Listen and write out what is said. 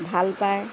ভাল পায়